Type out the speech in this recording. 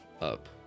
up